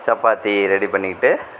chapati ready பண்ணிக்கிட்டு